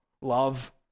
Love